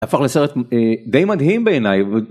הפך לסרט די מדהים בעיניי.